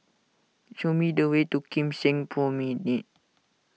show me the way to Kim Seng Promenade